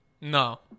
No